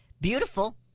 Beautiful